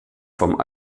vom